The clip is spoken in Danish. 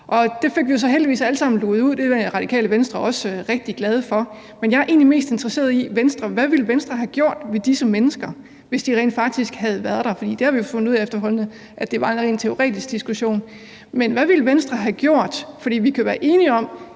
Det fik vi jo så heldigvis alle sammen luget ud, det var Radikale Venstre også rigtig glade for. Men jeg er egentlig mest interesseret i Venstre. Hvad ville Venstre have gjort ved disse mennesker, hvis de rent faktisk havde været der? For vi har jo fundet ud af efterhånden, at det nok var en teoretisk diskussion. Men hvad ville Venstre have gjort? Vi kan være enige om,